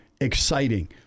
exciting